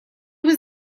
was